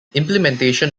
implementation